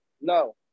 No